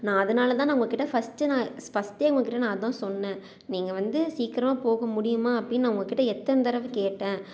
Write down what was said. நான் அதனால தான் நான் உங்கக்கிட்ட பர்ஸ்டு நான் ஃபர்ஸ்டே உங்கக்கிட்ட நான் அதான் சொன்னேன் நீங்கள் வந்து சீக்கரமாக போக முடியுமா அப்படின்னு நான் உங்கக்கிட்ட எத்தனை தடவை கேட்டேன்